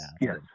Yes